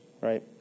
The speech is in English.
Right